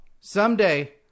someday